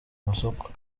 masoko